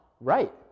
right